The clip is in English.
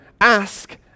Ask